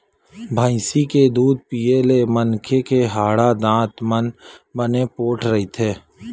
भइसी के दूद पीए ले मनखे के हाड़ा, दांत मन बने पोठ रहिथे